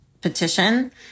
petition